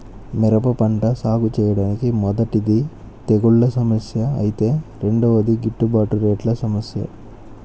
మిరప పంట సాగుచేయడానికి మొదటిది తెగుల్ల సమస్య ఐతే రెండోది గిట్టుబాటు రేట్ల సమస్య